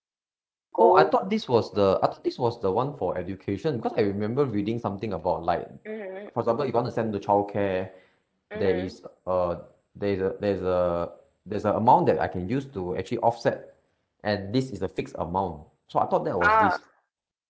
oh I thought this was the I thought this was the one for education because I remember reading something about like for example if you want to send to childcare there is a there is a there's a uh there's a amount that I can use to actually offset and this is a fixed amount so I thought that was this